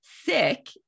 sick